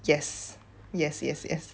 yes yes yes yes